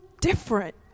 different